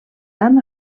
tan